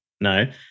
No